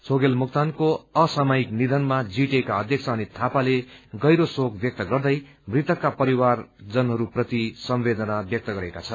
छोगेल मोक्तानको असामयिक निधनमा जीटीएका अध्यक्ष अनित थापाले गहिरो शोक व्यक्त गर्दै मृतकका परिवारजनहरू प्रति सम्वेदना व्यक्त गरेका छन्